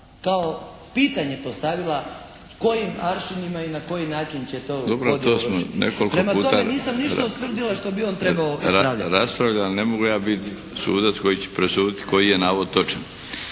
kao pitanje postavila kojim aršinima i na koji način će to … Prema tome nisam ništa ustvrdila što bi on trebao ispravljati. **Milinović, Darko (HDZ)** Ali ne mogu ja biti sudac koji će presuditi koji je navod točan,